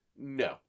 No